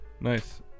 Nice